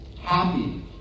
happy